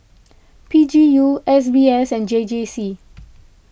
P G U S B S and J J C